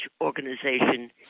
organization